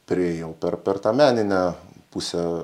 priėjau per per tą meninę pusę